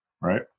Right